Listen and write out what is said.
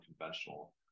conventional